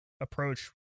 approach